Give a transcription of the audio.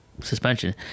suspension